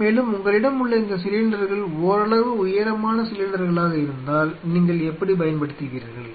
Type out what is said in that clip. மேலும் உங்களிடமுள்ள இந்த சிலிண்டர்கள் ஓரளவு உயரமான சிலிண்டர்களாக இருந்தால் நீங்கள் எப்படிப் பயன்படுத்துவீர்கள்